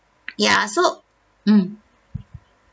yeah so mm